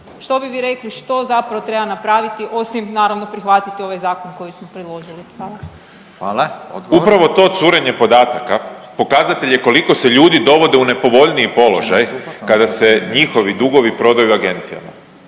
Što bi vi rekli što zapravo treba napraviti osim naravno prihvatiti ovaj zakon koji smo predložili? **Radin, Furio (Nezavisni)** Hvala. Odgovor. **Grbin, Peđa (SDP)** Upravo to curenje podataka pokazatelj je koliko se ljudi dovodi u nepovoljniji položaj kada se njihovi dugovi prodaju agencijama.